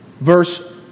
Verse